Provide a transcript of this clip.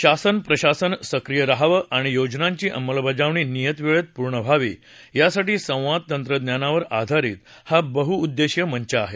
शासन प्रशासन सक्रीय रहावं आणि योजनांची अंमलबजावणी नियत वेळेत पूर्ण व्हावी यासाठी संवाद तंत्रज्ञानावर आधारित हा बह्देशीय मंच आहे